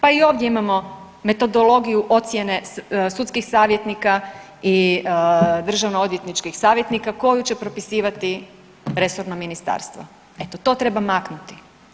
Pa i ovdje imamo metodologiju ocjene sudskih savjetnika i državno odvjetničkih savjetnika koju će propisivati resorno ministarstvo, eto to treba maknuti.